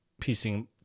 piecing